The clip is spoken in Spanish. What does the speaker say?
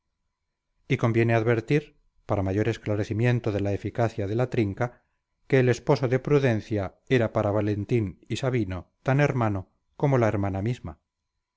y conviene advertir para mayor esclarecimiento de la eficacia de la trinca que el esposo de prudencia era para valentín y sabino tan hermano como la hermana misma